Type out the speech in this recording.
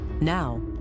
Now